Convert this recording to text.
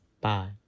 Bye